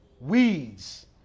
Weeds